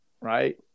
right